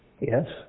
Yes